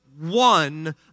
one